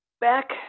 back